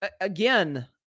Again